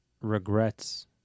regrets